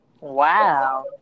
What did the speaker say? Wow